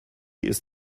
ist